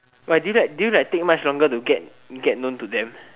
do you do you take much longer to get to get known to them